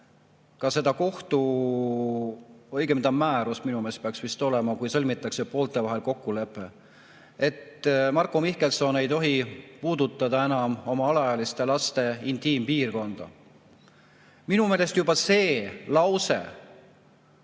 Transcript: ka seda kohtu ... õigemini see minu meelest peaks vist olema määrus, kui sõlmitakse poolte vahel kokkulepe –, et Marko Mihkelson ei tohi puudutada enam oma alaealiste laste intiimpiirkonda. Minu meelest juba see lause